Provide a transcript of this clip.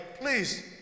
please